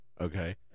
okay